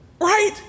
Right